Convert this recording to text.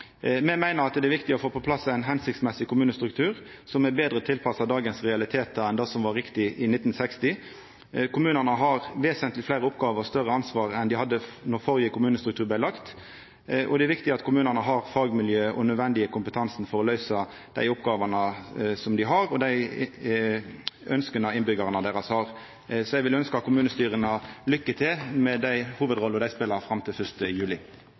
Me meiner at det er viktig å få på plass ein hensiktsmessig kommunestruktur som er betre tilpassa dagens realitetar enn det som var riktig i 1960. Kommunane har vesentleg fleire oppgåver og større ansvar enn dei hadde då førre kommunestruktur vart lagd, og det er viktig at kommunane har fagmiljø og den nødvendige kompetansen for å løysa dei oppgåvene dei har, og dei ønska innbyggjarane deira har. Eg vil ønskja kommunestyra lykke til med den hovudrolla dei spelar fram til 1. juli.